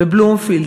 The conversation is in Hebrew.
בלומפילד,